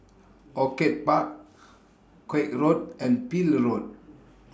Orchid Park Koek Road and Peel Road